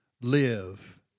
live